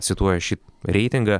cituoja šį reitingą